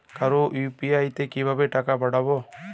কারো ইউ.পি.আই তে কিভাবে টাকা পাঠাবো?